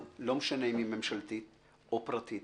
לא משנה אם היא ממשלתית או פרטית,